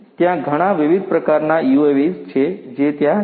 ત્યાં ઘણા વિવિધ પ્રકારનાં UAVs છે જે ત્યાં છે